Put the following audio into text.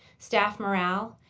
staff morale,